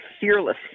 fearless